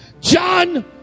John